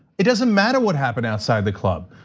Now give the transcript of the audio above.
it doesn't matter what happened outside the club.